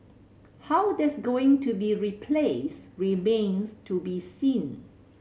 how that's going to be replaced remains to be seen